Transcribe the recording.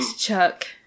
Chuck